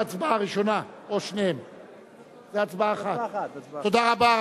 תודה רבה.